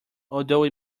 although